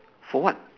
for what